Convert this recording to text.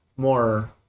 More